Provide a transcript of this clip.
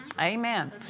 Amen